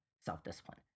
self-discipline